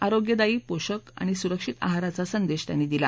आरोग्यदायी पोषक आणि सुरक्षित आहाराचा संदेश त्यांनी दिला